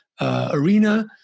arena